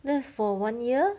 that's for one year